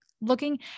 looking